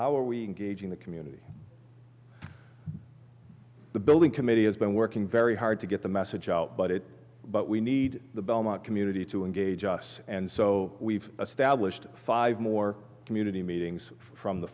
schedule our we engaging the community the building committee has been working very hard to get the message out but it but we need the belmont community to engage us and so we've established five more community meetings from the